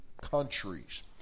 countries